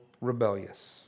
rebellious